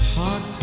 da